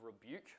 rebuke